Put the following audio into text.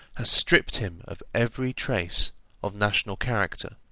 has stripped him of every trace of national character.